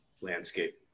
landscape